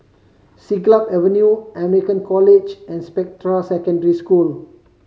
Siglap Avenue American College and Spectra Secondary School